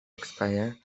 expire